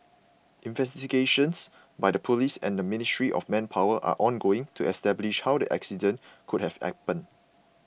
investigations by the police and the Ministry of Manpower are ongoing to establish how the accident could have happened